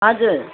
हजुर